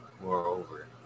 Moreover